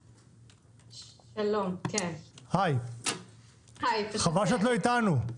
תהל, חבל שאת לא איתנו.